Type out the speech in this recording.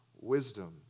wisdom